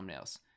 thumbnails